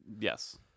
Yes